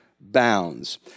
bounds